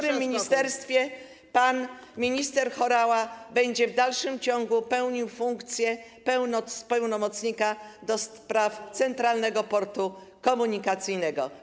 w którym ministerstwie pan minister Horała będzie w dalszym ciągu pełnił funkcję pełnomocnika ds. Centralnego Portu Komunikacyjnego.